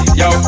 yo